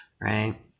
right